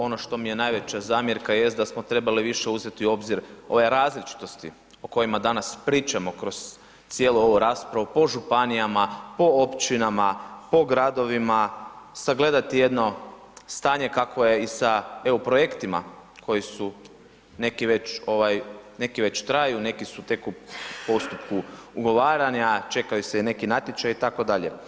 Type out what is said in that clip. Ono što mi je najveća zamjerka jest da smo trebali više uzeti u obzir ove različitosti o kojima danas pričamo kroz cijelu ovu raspravu, po županijama, po općinama, po gradovima, sagledati jedno stanje kakvo je i se EU projektima koji su, neki već ovaj traju neki su tek u postupku ugovaranja, čekaju se i neki natječaji itd.